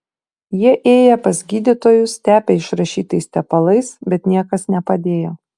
jie ėję pas gydytojus tepę išrašytais tepalais bet niekas nepadėjo